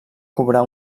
cobrar